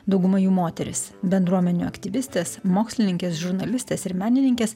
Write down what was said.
dauguma jų moterys bendruomenių aktyvistės mokslininkės žurnalistės ir menininkės